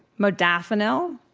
modafinil,